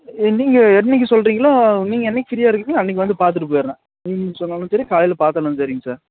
நீங்கள் என்னிக்கி சொல்கிறிங்களோ நீங்கள் என்னிக்கி ஃப்ரீயாக இருக்கீங்களோ அன்னிக்கி வந்து பார்த்துட்டு போயிடறேன் ஈவினிங் சொன்னாலும் சரி காலையில பார்த்தாலும் சரிங்க சார்